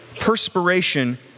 Perspiration